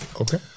Okay